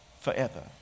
forever